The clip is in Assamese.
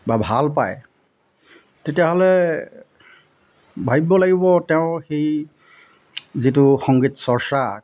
বা ভালপায় তেতিয়াহ'লে ভাবিব লাগিব তেওঁ সেই যিটো সংগীত চৰ্চা